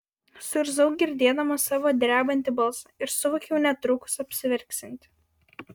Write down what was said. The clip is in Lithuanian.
suirzau girdėdama savo drebantį balsą ir suvokiau netrukus apsiverksianti